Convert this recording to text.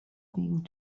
think